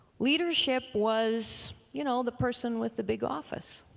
leadership was, you know, the person with the big office.